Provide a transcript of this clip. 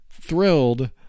thrilled